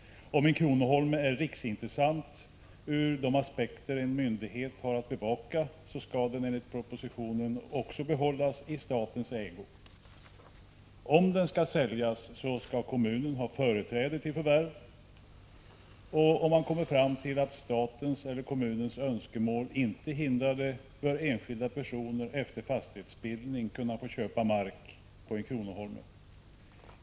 Om en kronoholme är riksintressant ur de aspekter en myndighet har att bevaka, skall den enligt propositionen också behållas i statens ägo. Om den skall säljas skall kommunen ha företräde till förvärv, och om man kommer fram till att statens eller kommunens önskemål inte hindrar det, bör enskilda personer efter fastighetsbildning kunna få köpa mark på en kronoholme.